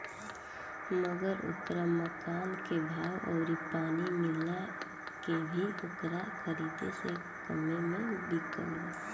मगर ओकरा मकान के भाव अउरी पानी मिला के भी ओकरा खरीद से कम्मे मे बिकल बा